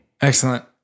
Excellent